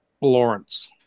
Lawrence